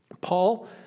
Paul